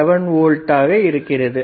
7 old ஆக இருக்கிறது